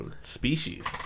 species